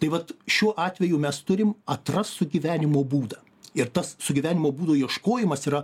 tai vat šiuo atveju mes turim atrast sugyvenimo būdą ir tas sugyvenimo būdo ieškojimas yra